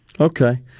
Okay